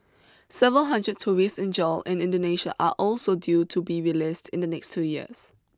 several hundred terrorists in jail in Indonesia are also due to be released in the next two years